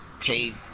pay